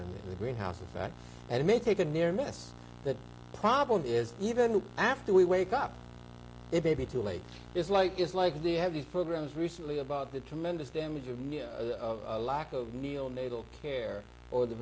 and the greenhouse effect and it may take a near miss that problem is even after we wake up it may be too late it's like it's like they have these programs recently about the tremendous damage of lack of neonatal care or the